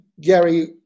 Gary